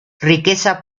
riqueza